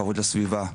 כבוד לסביבה,